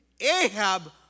Ahab